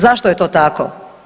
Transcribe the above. Zašto je to tako?